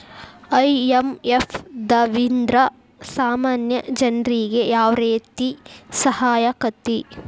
IMF ದವ್ರಿಂದಾ ಸಾಮಾನ್ಯ ಜನ್ರಿಗೆ ಯಾವ್ರೇತಿ ಸಹಾಯಾಕ್ಕತಿ?